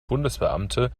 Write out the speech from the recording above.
bundesbeamte